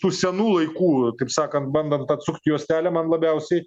tų senų laikų kaip sakant bandant atsukt juostelę man labiausiai